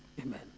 Amen